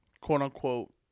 quote-unquote